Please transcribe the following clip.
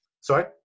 Sorry